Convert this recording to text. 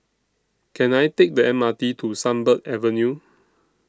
Can I Take The M R T to Sunbird Avenue